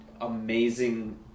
amazing